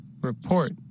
Report